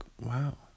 wow